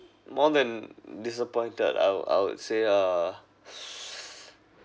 more than disappointed I'll I'll say ah